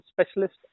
specialist